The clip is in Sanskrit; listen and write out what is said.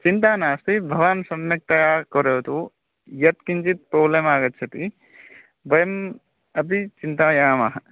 चिन्ता नास्ति भवान् सम्यक्तया करोतु यत्किञ्चित् तुल्यम् आगच्छति वयम् अपि चिन्तयामः